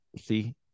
see